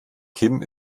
kim